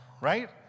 right